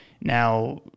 Now